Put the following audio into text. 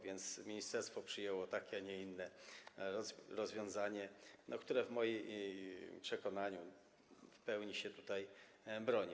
A zatem ministerstwo przyjęło takie, a nie inne rozwiązanie, które w moim przekonaniu w pełni się tutaj broni.